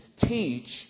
teach